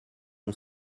mon